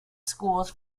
schools